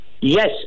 yes